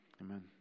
Amen